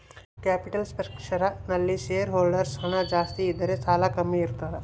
capital structure ನಲ್ಲಿ share holders ಹಣ ಜಾಸ್ತಿ ಇದ್ದರೆ ಸಾಲ ಕಮ್ಮಿ ಇರ್ತದ